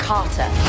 Carter